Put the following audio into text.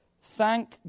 Thank